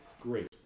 great